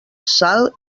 sal